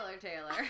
Taylor